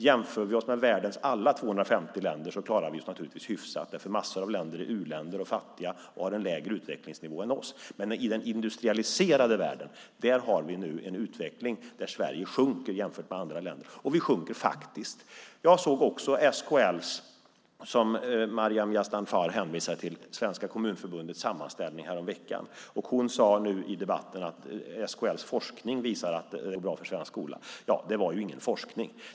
Jämför vi oss med världens alla 250 länder klarar vi oss naturligtvis hyfsat, därför att massor av länder är u-länder och fattiga och har en lägre utvecklingsnivå än vi. Men i den industrialiserade världen har vi nu en utveckling där Sverige sjunker jämfört med andra länder. Jag såg också Svenska Kommunförbundets sammanställning, som Maryam Yazdanfar hänvisade till, häromveckan. Hon sade nu i debatten att SKL:s forskning visar att det går bra för svensk skola. Ja, men det var ju ingen forskning.